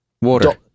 Water